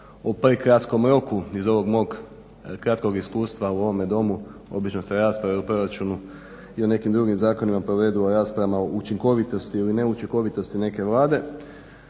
o prekratkom roku iz ovog mog kratkog iskustva u ovome Domu. Obično se rasprave o proračunu i o nekim drugim zakonima provedu u raspravama o učinkovitosti ili neučinkovitosti neke Vlade,